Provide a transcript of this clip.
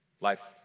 life